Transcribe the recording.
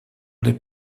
les